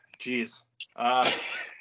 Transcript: Jeez